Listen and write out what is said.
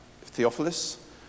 Theophilus